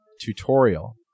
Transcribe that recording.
tutorial